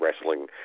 wrestling